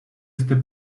este